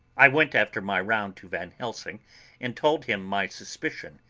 i went after my round to van helsing and told him my suspicion.